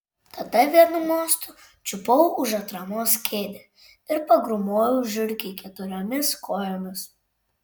tada vienu mostu čiupau už atramos kėdę ir pagrūmojau žiurkei keturiomis kojomis